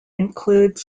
include